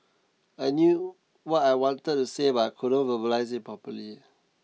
I knew what I wanted to say but I couldn't verbalize it properly